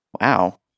wow